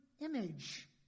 image